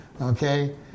Okay